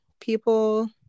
people